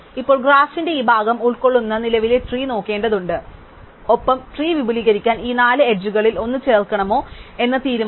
ഇപ്പോൾ ഗ്രാഫിന്റെ ഈ ഭാഗം ഉൾക്കൊള്ളുന്ന നിലവിലുള്ള ട്രീ നോക്കേണ്ടതുണ്ട് ഒപ്പം ട്രീ വിപുലീകരിക്കാൻ ഈ നാല് അരികുകളിൽ ഒന്ന് ചേർക്കണമോ എന്ന് തീരുമാനിക്കണം